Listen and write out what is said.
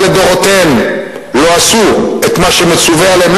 לדורותיהן לא עשו בו את מה שמצווה עליהן,